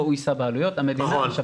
הוא זה שיחול פה, ואז המדינה תשפה